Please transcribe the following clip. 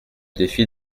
défi